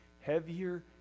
heavier